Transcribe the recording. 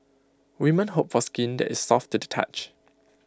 women hope for skin that is soft to the touch